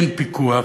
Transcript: אין פיקוח.